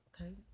okay